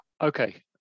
okay